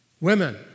Women